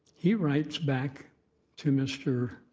he writes back to mr.